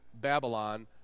Babylon